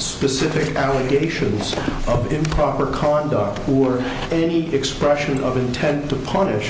specific allegations of improper color who or any expression of intent to punish